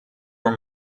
were